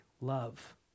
love